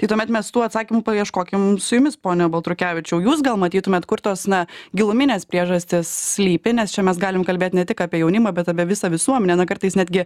tai tuomet mes tų atsakymų paieškokim su jumis pone baltrukevičiau jūs gal matytumėt kur tos na giluminės priežastys slypi nes čia mes galim kalbėt ne tik apie jaunimą bet apie visą visuomenę na kartais netgi